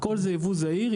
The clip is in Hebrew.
הכול זה יבוא זעיר,